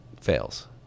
fails